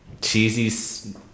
cheesy